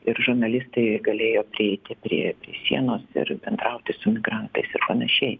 ir žurnalistai galėjo prieiti prie sienos ir bendrauti su imigrantais ir panašiai